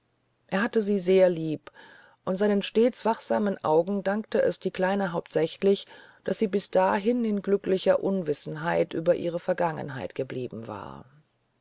er hatte sie sehr lieb und seinen stets wachsamen augen dankte es die kleine hauptsächlich daß sie bis dahin in glücklicher unwissenheit über ihre vergangenheit geblieben war